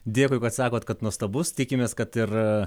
dėkui kad sakot kad nuostabus tikimės kad ir